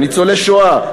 ניצולי שואה,